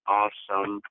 awesome